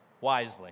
wisely